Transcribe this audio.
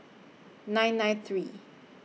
nine nine three